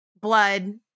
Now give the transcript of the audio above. blood